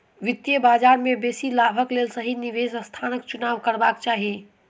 वित्तीय बजार में बेसी लाभक लेल सही निवेश स्थानक चुनाव करबाक चाही